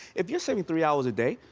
if you're saving three hours a day,